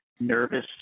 nervous